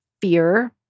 fear